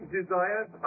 desires